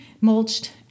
mulched